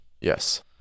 Yes